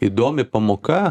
įdomi pamoka